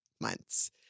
months